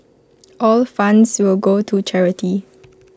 all funds will go to charity